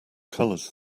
colors